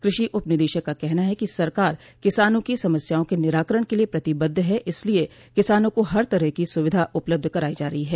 कृषि उपनिदेशक का कहना है कि सरकार किसानों की समस्याओं के निराकरण के लिए प्रतिबद्ध है इसलिए किसानों को हर तरह की सुविधा उपलब्ध कराई जा रही है